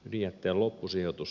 ydinjätteen loppusijoitus